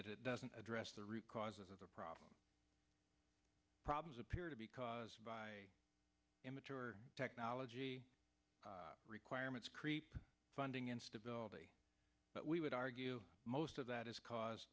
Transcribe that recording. that it doesn't address the root causes of the problem problems appear to be caused by immature technology requirements creep funding instability but we would argue most of that is caused